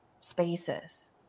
spaces